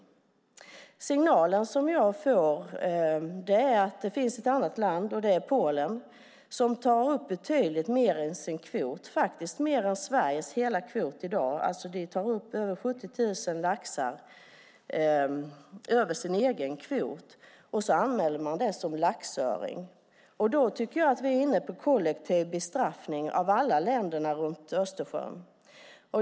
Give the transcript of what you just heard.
Den signal jag får är att det finns ett annat land, Polen, som tar upp betydligt mer än sin kvot - faktiskt mer än Sveriges hela kvot i dag. Man tar upp över 70 000 laxar utöver den egna kvoten och anmäler fisken som laxöring. Jag tycker att vi därmed är inne på kollektiv bestraffning av alla länderna runt Östersjön.